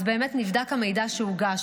אז באמת נבדק המידע שהוגש,